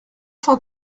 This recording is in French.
cent